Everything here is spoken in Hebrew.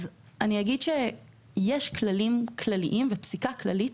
יש כללים כלליים ופסיקה כללית,